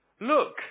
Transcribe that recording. look